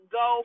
go